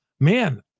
Man